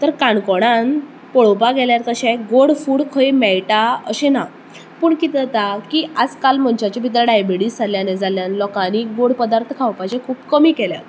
तर कोणकोणान पळोवपाक गेल्यार तशे गोड फूड खंय मेळटा अशे ना पूण किते जाता की आजकाल मनशांच्या भितर डायबीटीस जाल्ले कारणान लोकांनी गोड पदार्थ खावपाचे खूब कमी केल्यात